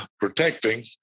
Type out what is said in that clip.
protecting